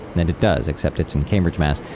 and it does, except it's in cambridge mass.